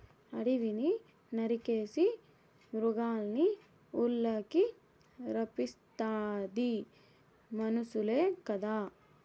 అడివిని నరికేసి మృగాల్నిఊర్లకి రప్పిస్తాది మనుసులే కదా